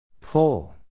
Pull